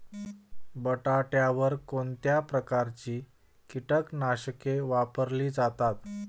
बटाट्यावर कोणत्या प्रकारची कीटकनाशके वापरली जातात?